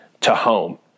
To-home